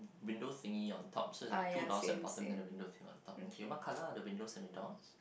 window thingy on top so is like two doors at the bottom there the window thingy on top okay so what colour are the windows and the doors